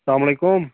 سلامُ علیکُم